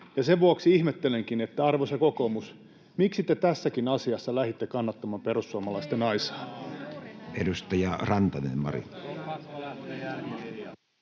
Sen vuoksi ihmettelenkin, arvoisa kokoomus, miksi te tässäkin asiassa lähditte kannattamaan perussuomalaisten aisaa.